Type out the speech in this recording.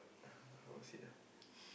how to say ah